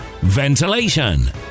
Ventilation